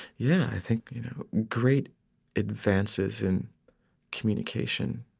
yeah. i think great advances in communication,